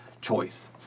choice